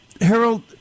Harold